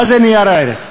מה זה נייר ערך?